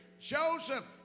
Joseph